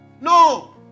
No